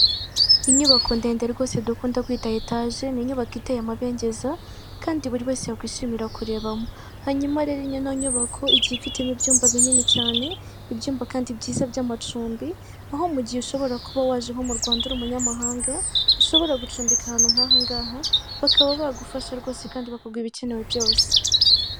Inyubako ndende rwose dukunda kwita etaje, ni inyubako iteye amabengeza kandi buri wese yakwishimira kurebamo, kandi buri wese yakwishimira kurebamo, hanyuma rero ino nyubako igiye ifitemo ibyumba binini, ibyumba kandi byiza by'amacumbi, aho mu gihe ushobora kuba waje nko mu Rwanda uri umunyamahanga, ushobora gucumbika ahantu nk'aha ngaha, bakaba bagufasha rwose kandi bakaguha ibikenewe byose.